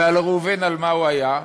ועל ראובן, על מה הוא היה?